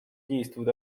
действует